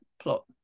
plot